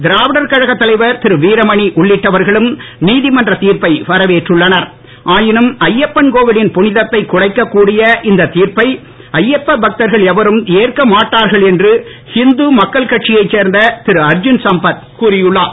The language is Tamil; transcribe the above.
இராவிடர் கழகத் தலைவர் திருவீரமணி உள்ளிட்டவர்களும் நீதமன்றத் திர்ப்பை வரவேற்றுள்ளனர் ஆயினும் ஐயப்பன் கோவிலின் புனிதத்தை குலைக்கக் கூடிய இத்திர்ப்பை ஐயப்ப பக்தர்கள் எவரும் ஏற்கமாட்டார்கள் என்று ஹிந்து மக்கள் கட்சியைச் சேர்ந்த திருஅர்ஜுன் சம்பத் கூறியுள்ளார்